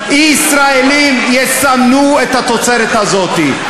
יסמנו את התוצרת הזאת.